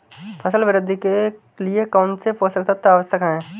फसल वृद्धि के लिए कौनसे पोषक तत्व आवश्यक हैं?